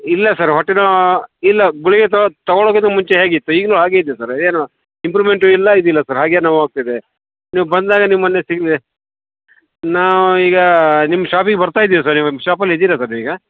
ಇಲ್ಲ ಸರ್ ಹೊಟ್ಟೆ ನೋವು ಇಲ್ಲ ಗುಳ್ಗೆ ತಗೊಳ್ಳೋಕಿಂತ ಮುಂಚೆ ಹೇಗಿತ್ತು ಈಗಲೂ ಹಾಗೇ ಇದೆ ಸರ್ ಏನು ಇಂಪ್ರುಮೆಂಟು ಇಲ್ಲ ಇದಿಲ್ಲ ಸರ್ ಹಾಗೆ ನೋವು ಆಗ್ತಿದೆ ನೀವು ಬಂದಾಗ ನೀವು ಮೊನ್ನೆ ಸಿಗಲಿಲ್ಲ ನಾವು ಈಗ ನಿಮ್ಮ ಶಾಪಿಗೆ ಬರ್ತಾಯಿದ್ದೀವಿ ಸರ್ ಇವಾಗ ಶಾಪಲ್ಲಿ ಇದ್ದೀರ ಸರ್ ಈಗ